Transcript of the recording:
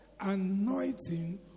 anointing